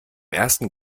ersten